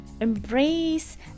Embrace